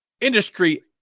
industry